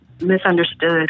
misunderstood